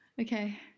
Okay